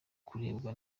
kurebwa